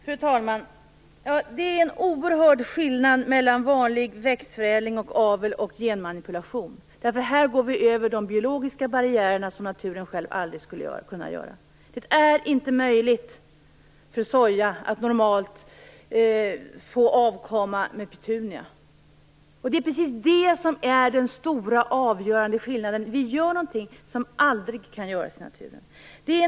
Fru talman! Det är en oerhörd skillnad mellan vanlig växtförädling och avel å ena sidan och genmanipulation å den andra. Här går vi över de biologiska barriärerna på ett sätt som naturen själv aldrig skulle kunna göra. Det är inte möjligt för soja att normalt få avkomma med petunia. Det är precis det som är den stora och avgörande skillnaden: Vi gör någonting som aldrig kan göras i naturen.